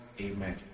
Amen